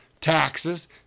taxes